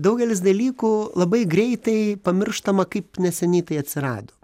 daugelis dalykų labai greitai pamirštama kaip neseniai tai atsirado